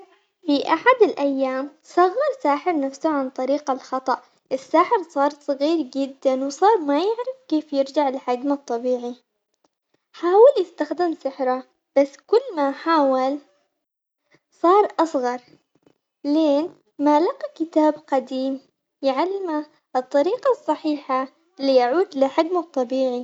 في أحد الأيام صغر ساحر نفسه عن طريق الخطأ، الساحر صار صغير جداً وصار ما يعرف كيف يرجع لحجمه الطبيعي حاول يستخدم سحره بس كل ما حاول صار أصغر، لين ما لقى كتاب قديم يعلمه الطريقة الصحيحة ليعود لحجمه الطبيعي.